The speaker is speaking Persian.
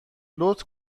لطف